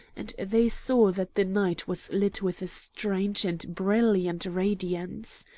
and they saw that the night was lit with a strange and brilliant radiance.